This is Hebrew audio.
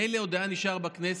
מילא עוד היה נשאר בכנסת.